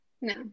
No